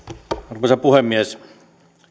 arvoisa puhemies